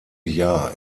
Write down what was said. jahr